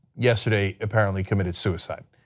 yesterday apparently committed suicide.